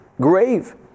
grave